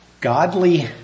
godly